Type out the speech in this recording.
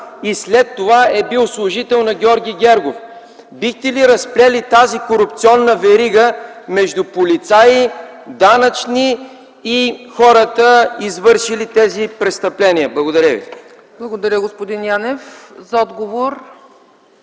и след това е бил служител на Георги Гергов. Бихте ли разплели тази корупционна верига между полицаи, данъчни и хората, извършили тези престъпления? Благодаря ви. ПРЕДСЕДАТЕЛ ЦЕЦКА ЦАЧЕВА: Благодаря, господин Янев. За отговор